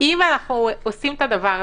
אם אנחנו עושים את הדבר הזה,